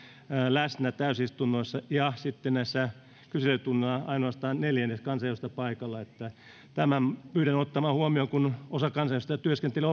täysistunnoissa ja myös näillä kyselytunneilla ainoastaan neljännes kansanedustajista paikalla pyydän ottamaan huomioon että osa kansanedustajista työskentelee